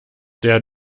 der